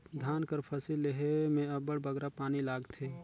धान कर फसिल लेहे में अब्बड़ बगरा पानी लागथे